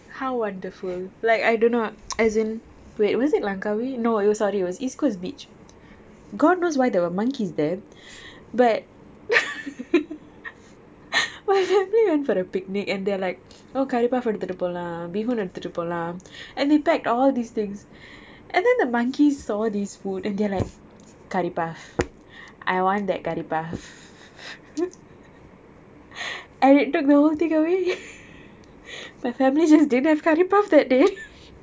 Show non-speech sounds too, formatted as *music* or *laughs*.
how wonderful like I don't know as in wait was it langkawi no it was sorry it was east coast beach god knows why the monkeys there but *laughs* my family went for a picnic and they're like oh curry puff எடுதுட்டு போலாம்: eduthutu polam bee hoon எடுதுட்டு போலாம்:eduthutu polam and they packed all these things and then the monkey saw these food and they're like curry puff I want that curry puff and it took the whole thing away my family just didn't have curry puff that day